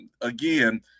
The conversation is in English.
again